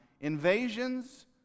invasions